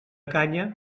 canya